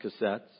cassettes